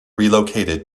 relocated